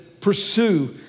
Pursue